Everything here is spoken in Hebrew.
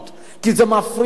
זה מפריע להם,